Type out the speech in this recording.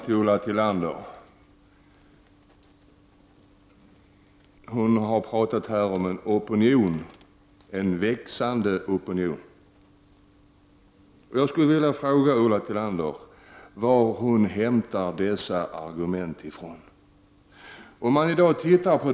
Ulla Tillander har pratat om en växande opinion. Jag skulle vilja fråga Ulla Tillander varifrån hon hämtar dessa argument.